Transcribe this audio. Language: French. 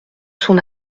son